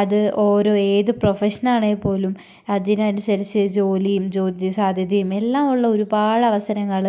അത് ഓരോ ഏത് പ്രൊഫഷൻ ആണെങ്കിൽ പോലും അതിനനുസരിച്ച് ജോലിയും ജോലി സാധ്യതയും എല്ലാം ഉള്ള ഒരുപാട് അവസരങ്ങൾ